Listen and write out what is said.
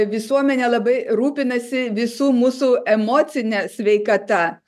visuomenė labai rūpinasi visų mūsų emocine sveikata